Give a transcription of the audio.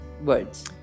words